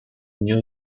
new